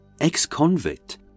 ex-convict